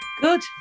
Good